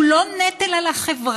הוא לא נטל על החברה,